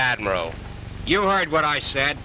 admiral you are what i said